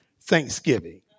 Thanksgiving